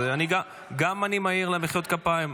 אני מעיר גם על מחיאות כפיים.